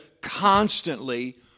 constantly